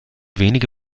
wenige